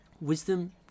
wisdom